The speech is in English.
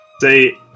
say